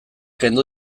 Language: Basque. kendu